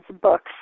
books